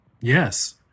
yes